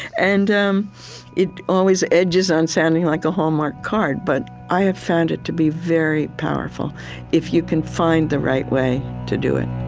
and um it always edges on sounding like a hallmark card, but i have found it to be very powerful if you can find the right way to do it